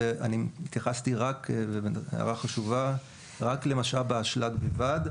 אני התייחסתי רק למשאב האשלג בלבד.